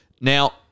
Now